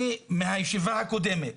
אבל מאז הישיבה הקודמת,